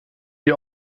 die